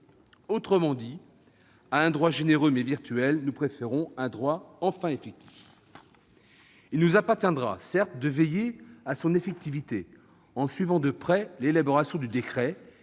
Autrement dit, à un droit généreux, mais virtuel, nous préférons un droit enfin effectif. Il nous appartiendra, certes, de veiller à son effectivité, en suivant de près l'élaboration du décret,